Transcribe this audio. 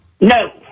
No